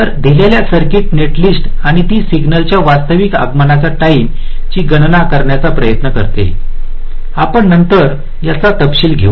तर दिलेली circuit netlist आणि ती सिग्नलच्या वास्तविक आगमन टाइम ची गणना करण्याचा प्रयत्न करते आपण नंतर याचा तपशील घेऊ